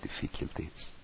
difficulties